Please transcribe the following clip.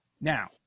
Now